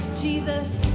Jesus